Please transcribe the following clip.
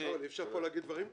אי אפשר להגיד פה דברים כאלה.